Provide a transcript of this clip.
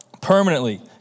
Permanently